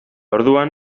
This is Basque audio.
orduan